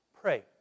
pray